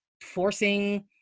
forcing